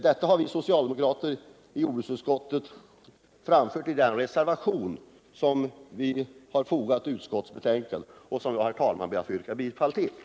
Detta har vi socialdemokrater i jordbruksutskottet framfört i den reservation som vi har fogat vid utskottsbetänkandet och som jag, herr talman, ber att få yrka bifall till.